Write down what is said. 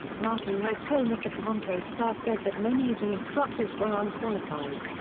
martin regg cohn of the toronto star said that many of the instructors were unqualified.